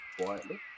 quietly